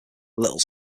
little